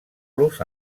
los